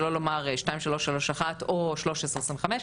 שלא לומר 2331 או 1325,